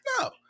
No